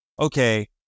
okay